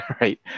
right